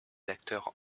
acteurs